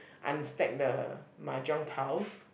unstack the mahjong tiles